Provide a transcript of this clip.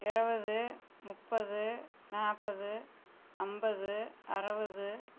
இருவது முப்பது நாற்பது ஐம்பது அறுபது